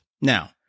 Now